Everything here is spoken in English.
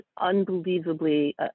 unbelievably